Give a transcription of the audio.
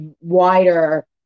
wider